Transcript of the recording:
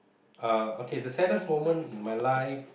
uh okay the saddest moment in my life